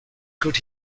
could